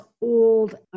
old